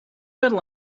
feddwl